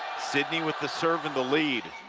sidney with the serve and the lead.